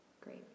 Great